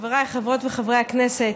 חבריי חברי וחברות הכנסת,